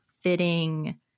fitting